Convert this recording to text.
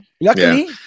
luckily